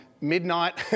midnight